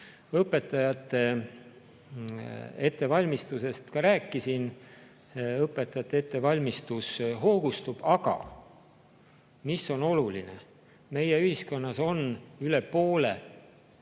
Õpetajate ettevalmistusest rääkisin, õpetajate ettevalmistus hoogustub. Aga mis on oluline: meie ühiskonnas on üle poole neid